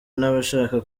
n’abashaka